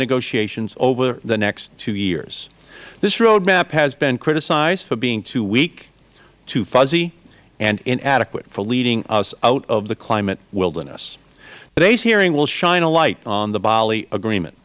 negotiations over the next two years this road map has been criticized for being too weak too fuzzy and inadequate for leading us out of the climate wilderness today's hearing will shine a light on the bali agreement